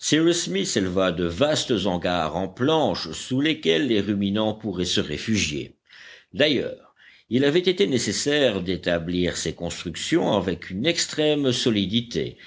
smith éleva de vastes hangars en planches sous lesquels les ruminants pourraient se réfugier d'ailleurs il avait été nécessaire d'établir ces constructions avec une extrême solidité